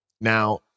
Now